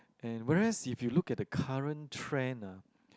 and whereas if you look at the current trend ah